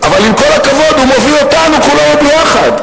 אבל עם כל הכבוד, הוא מוביל אותנו כולנו יחד.